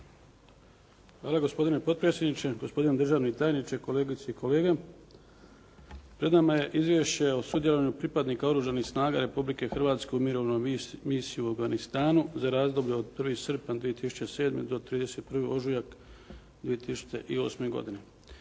Hvala gospodine potpredsjedniče, gospodine državni tajniče, kolegice i kolege. Pred nama je Izvješće o sudjelovanju pripadnika Oružanih snaga Republike Hrvatske u Mirovnoj misiji u Afganistanu za razdoblje od 1. srpanj 2007. do 31. ožujak 2008. godine.